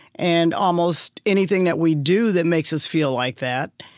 and almost anything that we do that makes us feel like that,